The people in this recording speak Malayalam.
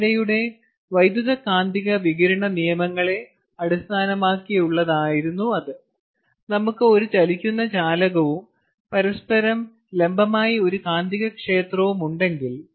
ഫാരഡെയുടെ വൈദ്യുതകാന്തിക വികിരണ നിയമങ്ങളെ അടിസ്ഥാനമാക്കിയുള്ളതാണ് നമുക്ക് ഒരു ചലിക്കുന്ന ചാലകവും പരസ്പരം ലംബമായി ഒരു കാന്തികക്ഷേത്രവും ഉണ്ടെങ്കിൽ